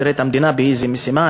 שירת את המדינה באיזו משימה,